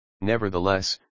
Nevertheless